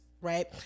right